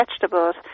vegetables